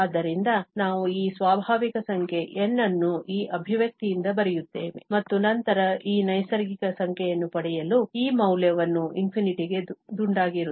ಆದ್ದರಿಂದ ನಾವು ಈ ಸ್ವಾಭಾವಿಕ ಸಂಖ್ಯೆ N ಅನ್ನು ಈ ಅಭಿವ್ಯಕ್ತಿಯಿಂದ ಬರುತ್ತೇವೆ ಮತ್ತು ನಂತರ ಈ ನೈಸರ್ಗಿಕ ಸಂಖ್ಯೆಯನ್ನು ಪಡೆಯಲು ಈ ಮೌಲ್ಯವನ್ನು ∞ ಕಡೆಗೆ ದುಂಡಾಗಿರುತ್ತದೆ